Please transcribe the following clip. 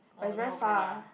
oh then okay lah